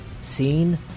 seen